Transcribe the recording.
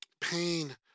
Pain